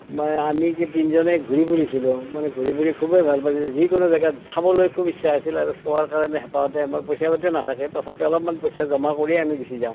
মানে আমি কি তিনিজনে ঘূৰি ফুৰিছিলোঁ মানে ঘূৰি ফুৰি খুবেই ভাল পাইছিলোঁ যিকোনো জেগাত চাবলৈ খুব ইচ্ছা আছিল আৰু চোৱাৰ কাৰণে হেঁপাহতে আমাৰ পইচা পাতিও নাথাকে তথাপিও অলপমান পইচা জমা কৰিয়ে আমি গুচি যাওঁ